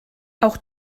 auch